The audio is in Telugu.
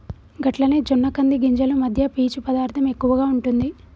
గట్లనే జొన్న కంది గింజలు మధ్య పీచు పదార్థం ఎక్కువగా ఉంటుంది